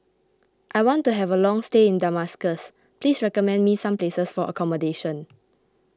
I want to have a long stay in Damascus please recommend me some places for accommodation